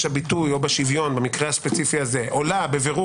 הביטוי או בשוויון או במקרה הספציפי הזה עולה בבירור